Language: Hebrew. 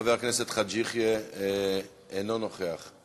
חבר הכנסת חאג' יחיא, אינו נוכח.